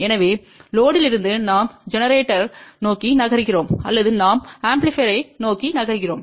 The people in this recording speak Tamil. எனவே லோடுயிலிருந்து நாம் ஜெனரேட்டர் நோக்கி நகர்கிறோம் அல்லது நாம் ஆம்பிளிபையர்யை நோக்கி நகர்கிறோம்